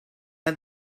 and